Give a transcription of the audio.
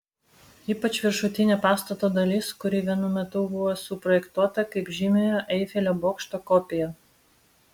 ypač viršutinė pastato dalis kuri vienu metu buvo suprojektuota kaip žymiojo eifelio bokšto kopija